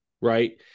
right